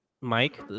Mike